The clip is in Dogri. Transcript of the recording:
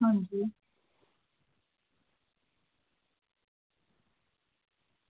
आं जी